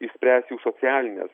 išspręs jų socialines